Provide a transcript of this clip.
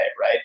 right